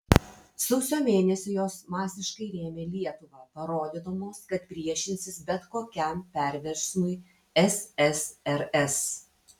sausio mėnesį jos masiškai rėmė lietuvą parodydamos kad priešinsis bet kokiam perversmui ssrs